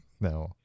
No